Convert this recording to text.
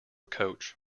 coach